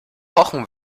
pochen